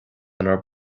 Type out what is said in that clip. inár